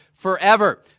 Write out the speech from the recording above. forever